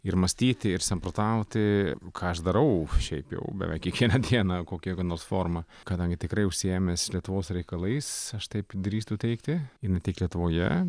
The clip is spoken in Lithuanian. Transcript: ir mąstyti ir samprotauti ką aš darau šiaip jau beveik kiekvieną dieną kokia nors forma kadangi tikrai užsiėmęs lietuvos reikalais aš taip drįstu teigti ir ne tik lietuvoje